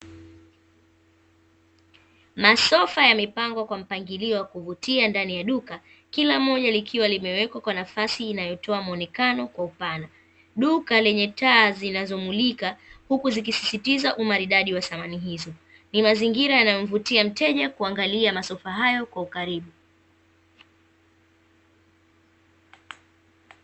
Masofa yamepangwa kwa mpangilio wa kuvutia ndani ya duka, kila moja likiwa limewekwa kwa nafasi inayotoa muonekano kwa upana, duka lenye taa zinazomulika huku zikisistiza umaridadi wa samani hizo. Ni mazingira yanayomvutia mteja kuangalia masofa hayo kwa ukaribu.